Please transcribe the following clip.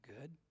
good